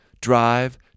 drive